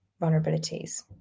vulnerabilities